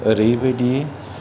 ओरैबादि